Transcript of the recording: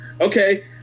okay